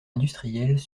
industriels